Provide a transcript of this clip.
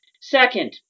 Second